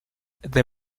the